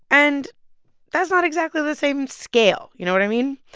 and that's not exactly the same scale. you know what i mean?